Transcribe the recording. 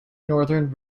northern